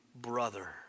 brother